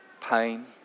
pain